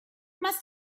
must